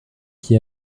qui